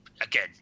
again